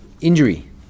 injury